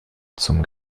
zum